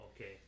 okay